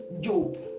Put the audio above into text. job